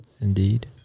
Indeed